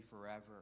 forever